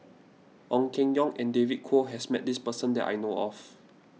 Ong Keng Yong and David Kwo has met this person that I know of